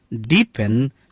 deepen